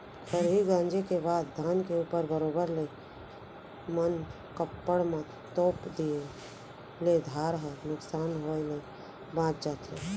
खरही गॉंजे के बाद धान के ऊपर बरोबर ले मनकप्पड़ म तोप दिए ले धार ह नुकसान होय ले बॉंच जाथे